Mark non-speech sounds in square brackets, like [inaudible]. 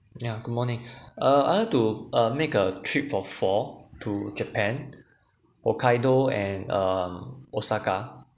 yeah good morning [breath] uh I'd like to uh make a trip for four to japan hokkaido and um osaka